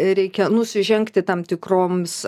reikia nusižengti tam tikroms